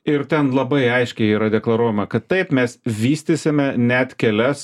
ir ten labai aiškiai yra deklaruojama kad taip mes vystysime net kelias